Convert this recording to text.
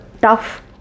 tough